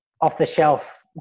off-the-shelf